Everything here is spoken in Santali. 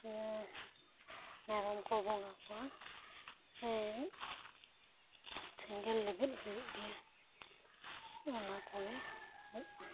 ᱤᱭᱟᱹ ᱢᱮᱨᱚᱢ ᱠᱚ ᱵᱚᱸᱜᱟ ᱠᱚᱣᱟ ᱥᱮ ᱥᱮᱸᱜᱮᱞ ᱞᱟᱹᱜᱤᱫ ᱦᱩᱭᱩᱜ ᱜᱮᱭᱟ ᱚᱱᱟ ᱠᱚᱜᱮ ᱦᱩᱭᱩᱜ ᱟ